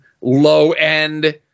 low-end